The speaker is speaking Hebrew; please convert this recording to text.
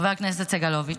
חבר הכנסת סגלוביץ',